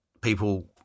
people